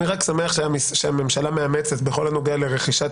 אני רק שמח שהממשלה מאמצת בכל הנוגע לרכישת